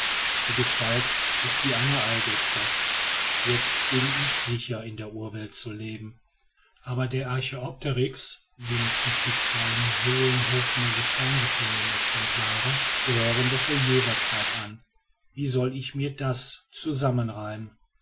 die gestalt ist die einer eidechse jetzt bin ich sicher in der urwelt zu leben aber der archäopteryx wenigstens die zwei im solenhofener gestein gefundenen exemplare gehören doch der jurazeit an wie soll ich mir das zusammenreimen